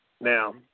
Now